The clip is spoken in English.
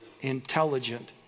intelligent